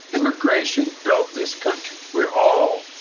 immigration built this country. we're all,